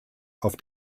auf